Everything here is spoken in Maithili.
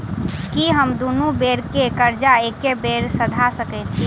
की हम दुनू बेर केँ कर्जा एके बेर सधा सकैत छी?